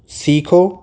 سیکھو